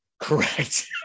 Correct